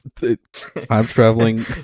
Time-traveling